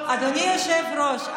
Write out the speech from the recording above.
אדוני היושב-ראש,